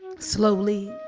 slowly.